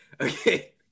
Okay